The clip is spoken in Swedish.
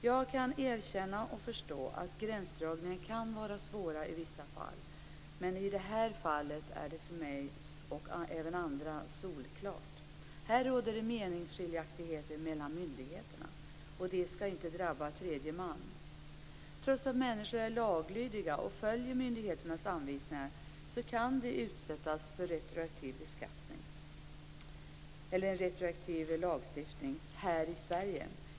Jag kan erkänna och förstå att gränsdragningar kan vara svåra i vissa fall. Men i det här fallet är det för mig och även för andra solklart. Här råder det meningsskiljaktigheter mellan myndigheterna, och det skall inte drabba tredje man. Trots att människor är laglydiga och följer myndigheternas anvisningar kan de utsättas för retroaktiv lagstiftning här i Sverige.